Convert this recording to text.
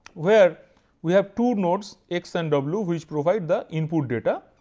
where we have two nodes x and w which provide the input data.